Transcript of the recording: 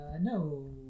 no